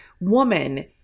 woman